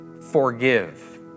forgive